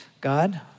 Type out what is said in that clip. God